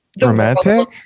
Romantic